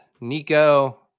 Nico